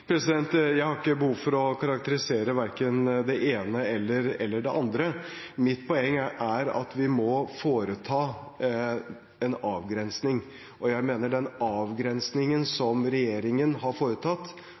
Jeg har ikke behov for å karakterisere verken det ene eller det andre. Mitt poeng er at vi må foreta en avgrensning. Og jeg mener den avgrensningen